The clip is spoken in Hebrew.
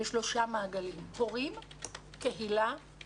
בשלושה מעגלים: הורים ומשפחה,